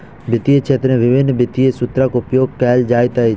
वित्तीय क्षेत्र में विभिन्न वित्तीय सूत्रक उपयोग कयल जाइत अछि